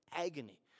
agony